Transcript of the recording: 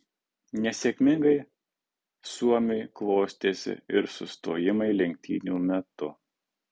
nesėkmingai suomiui klostėsi ir sustojimai lenktynių metu